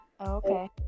okay